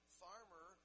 farmer